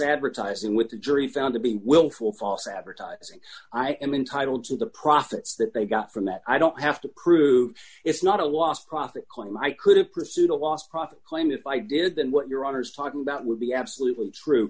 advertising with a jury found to be willful false advertising i am entitled to the profits that they got from that i don't have to prove it's not a lost profit claim i could have pursued a lost profit claim if i did then what your honour's talking about would be absolutely true